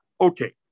Okay